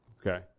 Okay